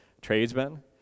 tradesmen